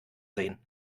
sehen